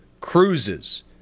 cruises